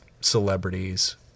celebrities